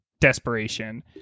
desperation